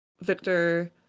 victor